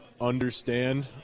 understand